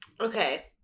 okay